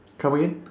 come again